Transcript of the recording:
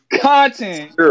content